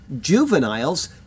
juveniles